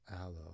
aloe